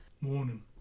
Morning